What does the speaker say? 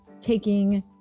taking